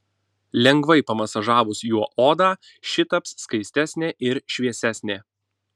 lengvai pamasažavus juo odą ši taps skaistesnė ir šviesesnė